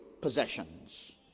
possessions